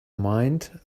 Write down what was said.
mind